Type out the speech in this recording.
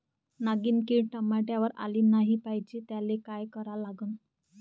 नागिन किड टमाट्यावर आली नाही पाहिजे त्याले काय करा लागन?